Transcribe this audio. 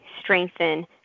strengthen